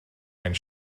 mewn